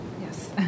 Yes